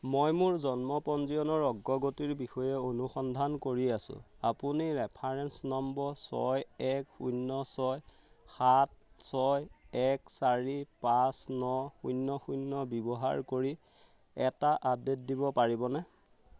মই মোৰ জন্ম পঞ্জীয়নৰ অগ্ৰগতিৰ বিষয়ে অনুসন্ধান কৰি আছোঁ আপুনি ৰেফাৰেন্স নম্বৰ ছয় এক শূন্য ছয় সাত ছয় এক চাৰি পাঁচ ন শূন্য শূন্য ব্যৱহাৰ কৰি এটা আপডেট দিব পাৰিবনে